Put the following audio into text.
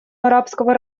арабского